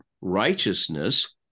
righteousness